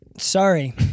Sorry